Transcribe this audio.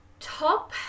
top